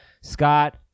Scott